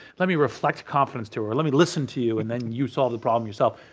let me reflect confidence to her or let me listen to you and then you solve the problem yourself.